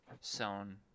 sewn